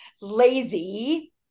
lazy